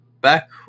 back